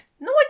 No